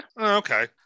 Okay